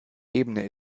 ebene